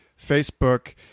Facebook